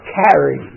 carry